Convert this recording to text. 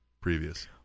previous